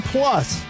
Plus